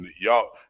Y'all